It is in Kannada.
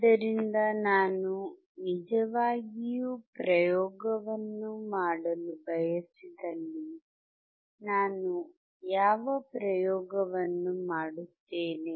ಆದ್ದರಿಂದ ನಾನು ನಿಜವಾಗಿಯೂ ಪ್ರಯೋಗವನ್ನು ಮಾಡಲು ಬಯಸಿದಲ್ಲಿ ನಾನು ಯಾವ ಪ್ರಯೋಗವನ್ನು ಮಾಡುತ್ತೇನೆ